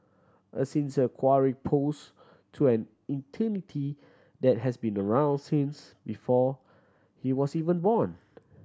a sincere query pose to an that has been around since before he was even born